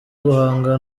guhanga